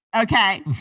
Okay